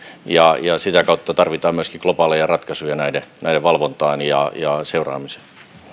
ja sitä kautta tarvitaan myöskin globaaleja ratkaisuja näiden näiden valvontaan ja seuraamiseen